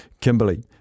Kimberly